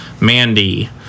Mandy